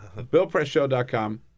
BillPressShow.com